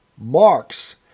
Marx